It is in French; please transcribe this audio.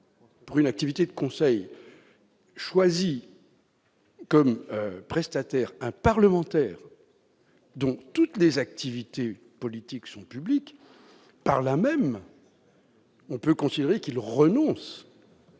pour une activité de conseil, choisit comme prestataire un parlementaire, dont toutes les activités politiques sont publiques, on peut considérer qu'il renonce